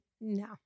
no